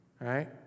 right